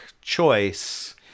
choice